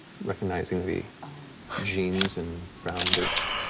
recognizing the jeans and brown boots,